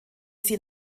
sie